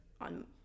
on